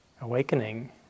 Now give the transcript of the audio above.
awakening